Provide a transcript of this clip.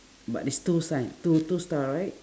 but is two sign two two star right